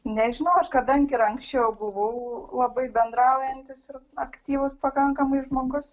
nežinau aš kadangi ir anksčiau buvau labai bendraujantis ir aktyvus pakankamai žmogus